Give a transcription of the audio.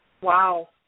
Wow